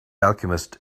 alchemist